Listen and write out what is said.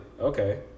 Okay